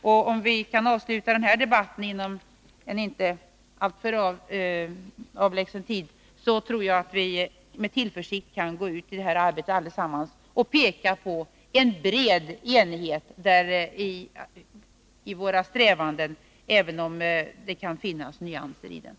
Jag tror att vi allesammans efter den här debatten med tillförsikt kan gå ut i det här arbetet och peka på att det finns en bred enighet när det gäller våra strävanden, även om det kan finnas nyansskillnader.